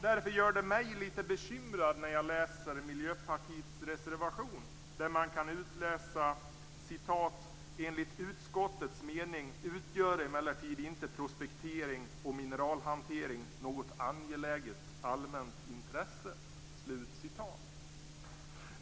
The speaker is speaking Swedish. Därför gör det mig lite bekymrad när jag läser Miljöpartiets reservation där det står: "Enligt utskottets mening utgör emellertid inte prospektering och mineralhantering något angeläget allmänt intresse."